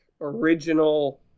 original